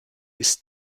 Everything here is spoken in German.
bis